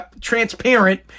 transparent